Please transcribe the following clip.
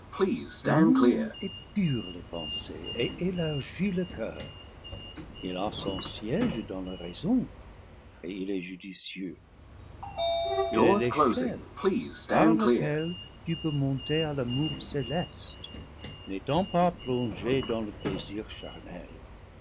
l'amour épure les pensées et élargit le coeur il a son siége dans la raison et il est judicieux il est l'échelle par laquelle tu peux monter à l'amour céleste n'étant pas plongé dans le plaisir charnel